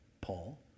Paul